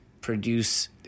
produce